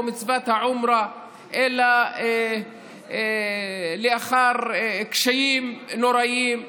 מצוות העומרה אלא לאחר קשיים נוראיים.